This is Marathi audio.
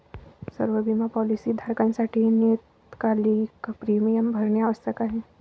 सर्व बिमा पॉलीसी धारकांसाठी नियतकालिक प्रीमियम भरणे आवश्यक आहे